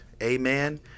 Amen